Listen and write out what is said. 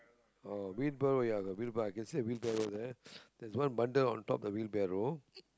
oh wheelbarrow ya got wheelbarrow I can see the wheelbarrow there there is one bundle on top the wheelbarrow